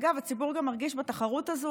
אגב, הציבור גם מרגיש בתחרות הזו.